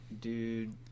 Dude